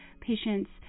patients